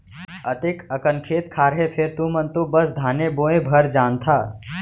अतेक अकन खेत खार हे फेर तुमन तो बस धाने बोय भर जानथा